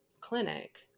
clinic